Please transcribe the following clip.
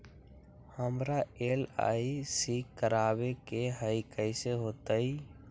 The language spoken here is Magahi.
हमरा एल.आई.सी करवावे के हई कैसे होतई?